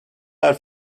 are